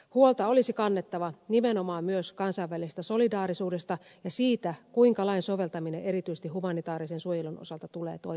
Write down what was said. huolta olisi kannettava nimenomaan myös kansainvälisestä solidaarisuudesta ja siitä kuinka lain soveltaminen erityisesti humanitaarisen suojelun osalta tulee toimimaan